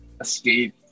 escape